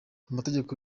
amategeko